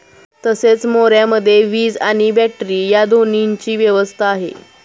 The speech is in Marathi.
तसेच मोऱ्यामध्ये वीज आणि बॅटरी या दोन्हीची व्यवस्था आहे